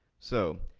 so,